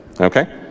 okay